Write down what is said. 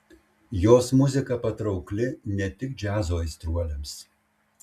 jos muzika patraukli ne tik džiazo aistruoliams